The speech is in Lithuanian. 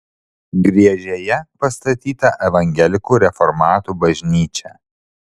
griežėje pastatyta evangelikų reformatų bažnyčia